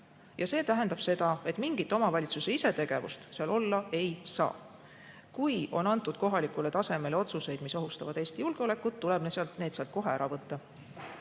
See tähendab seda, et mingit omavalitsuse isetegevust seal olla ei saa. Kui kohalikule tasandile on antud otsuseid, mis ohustavad Eesti julgeolekut, tuleb need sealt kohe ära võtta.